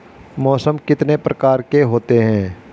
मौसम कितने प्रकार के होते हैं?